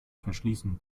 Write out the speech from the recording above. verschließen